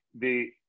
the-